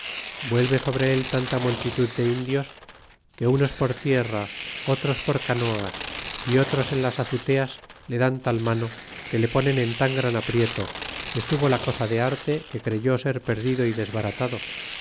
vuelve sobre él tanta multitud de indios que unos por tierra otros con canoas y otros en las azuteas le dan tal mano que le ponen en tan gran aprieto que estuvo la cosa de arte que creyó ser perdido e desbaratado